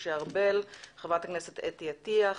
משה ארבל, אתי עטיה,